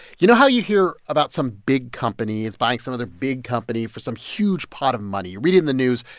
you know how you hear about some big company is buying some other big company for some huge pot of money? you read it in the news,